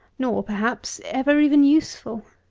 nor, perhaps, ever even useful.